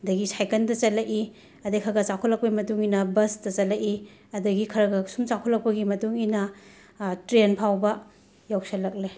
ꯑꯗꯒꯤ ꯁꯥꯏꯀꯜꯗ ꯆꯠꯂꯛꯏ ꯑꯗꯒꯤ ꯈ꯭ꯔ ꯈ꯭ꯔ ꯆꯥꯎꯈꯠꯂꯛꯄꯒꯤ ꯃꯇꯨꯡ ꯏꯟꯅ ꯕꯁꯇ ꯆꯠꯂꯛꯂꯛꯏ ꯑꯗꯒꯤ ꯈ꯭ꯔ ꯈꯔ ꯁꯨꯝ ꯆꯥꯎꯈꯠꯂꯛꯄꯒꯤ ꯃꯇꯨꯡ ꯏꯟꯅ ꯇ꯭ꯔꯦꯟ ꯐꯥꯎꯕ ꯌꯧꯁꯤꯜꯂꯛꯂꯦ